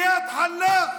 איאד אלחלאק.